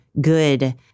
good